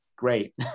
great